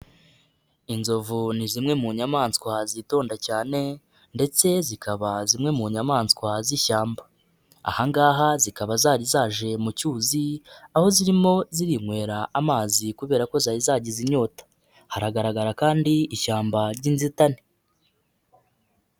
Inzovu ni zimwe mu nyamaswa zitonda cyane ndetse zikaba zimwe mu nyamaswa z'ishyamba, aha ngaha zikaba zari zaje mu cyuzi, aho zirimo zirinywera amazi kubera ko zari zagize inyota, haragaragara kandi ishyamba ry'inzitane.